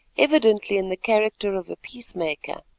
evidently in the character of a peacemaker.